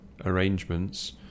arrangements